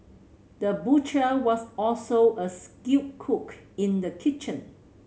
the butcher was also a skilled cook in the kitchen